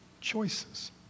Choices